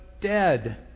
dead